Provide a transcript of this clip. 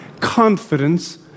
confidence